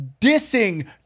dissing